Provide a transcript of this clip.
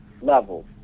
Level